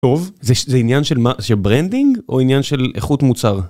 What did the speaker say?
טוב, זה עניין של ברנדינג או עניין של איכות מוצר?